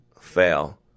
fail